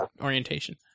orientation